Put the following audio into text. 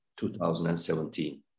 2017